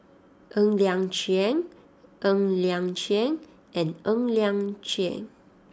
Ng Liang Chiang Ng Liang Chiang and Ng Liang Chiang